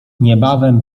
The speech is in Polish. niebawem